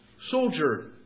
soldier